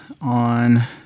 on